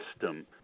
system